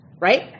right